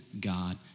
God